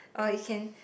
or you can